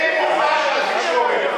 זה כוחה של התקשורת.